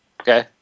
Okay